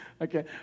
Okay